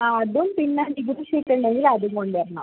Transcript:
ആ അതും പിന്നെ നികുതി ഷീറ്റ് ഉണ്ടെങ്കിൽ അതും കൊണ്ട് വരണം